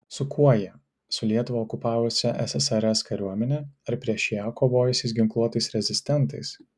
su kuo jie su lietuvą okupavusia ssrs kariuomene ar prieš ją kovojusiais ginkluotais rezistentais